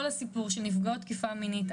כל הסיפור של נפגעות תקיפה מינית,